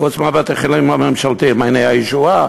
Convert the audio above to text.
חוץ מבתי-החולים הממשלתיים.